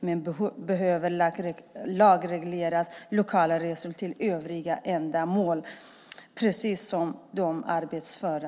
De behöver laggaranterade lokala resor för övriga ändamål på samma sätt som de arbetsföra.